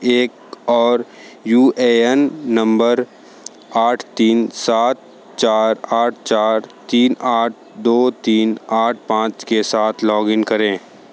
एक और U A N नंबर आठ तीन सात चार आठ चार तीन आठ दो तीन आठ पाँच के साथ लॉगिन करें